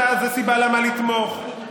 זו סיבה למה לתמוך.